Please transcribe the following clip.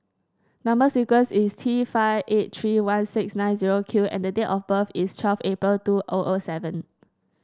number sequence is T five eight three one six nine zero Q and the date of birth is twelve April two O O seven